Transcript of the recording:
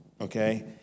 okay